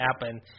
happen